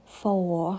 four